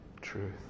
truth